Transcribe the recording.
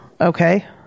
okay